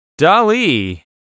Dali